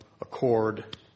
Accord